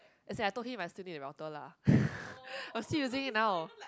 as in I told him I still need the router lah I'm still using it now